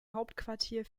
hauptquartier